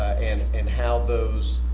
and and how those